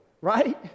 right